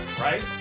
Right